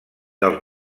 dels